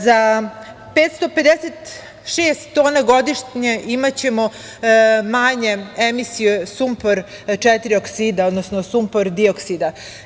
Za 556 tona godišnje imaćemo manje emisije sumpor četiri oksida, odnosno sumpordioksida.